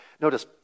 notice